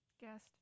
Guest